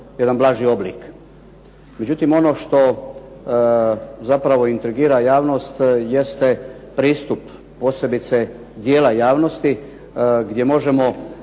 jedan blaži oblik. Međutim ono što zapravo intrigira javnost jeste pristup, posebice dijela javnosti gdje možemo